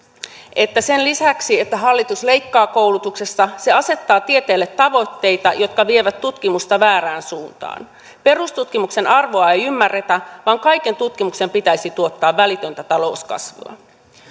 että sen lisäksi että hallitus leikkaa koulutuksesta se asettaa tieteelle tavoitteita jotka vievät tutkimusta väärään suuntaan perustutkimuksen arvoa ei ymmärretä vaan kaiken tutkimuksen pitäisi tuottaa välitöntä talouskasvua